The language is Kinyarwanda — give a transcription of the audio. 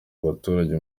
abaturage